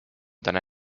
täna